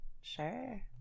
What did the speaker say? sure